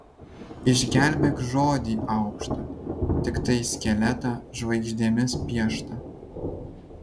išgelbėk žodį aukštą tiktai skeletą žvaigždėmis pieštą